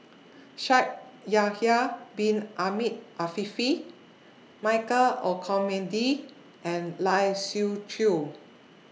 Shaikh Yahya Bin Ahmed Afifi Michael Olcomendy and Lai Siu Chiu